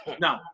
No